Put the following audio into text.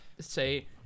say